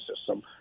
system